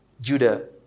Judah